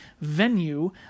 venue